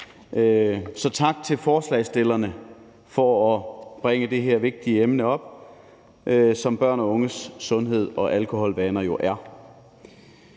så tak til forslagsstillerne for at bringe det her vigtige emne, som børn og unges alkoholvaner jo er,